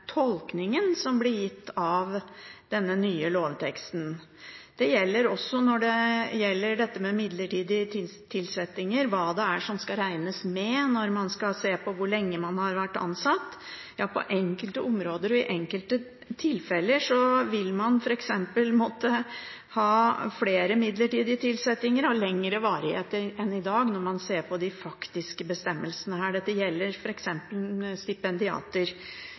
tolkningen som blir gitt av denne nye lovteksten. Det gjelder også når det gjelder midlertidige tilsettinger, hva som skal regnes med når man skal se på hvor lenge man har vært ansatt. På enkelte områder og i enkelte tilfeller vil man f.eks. måtte ha flere midlertidige tilsettinger av lengre varighet enn i dag, når man ser på de faktiske bestemmelsene her. Dette gjelder f.eks. stipendiater,